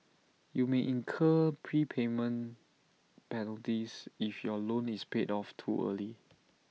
you may incur prepayment penalties if your loan is paid off too early